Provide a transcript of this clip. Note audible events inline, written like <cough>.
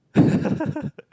<laughs>